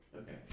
Okay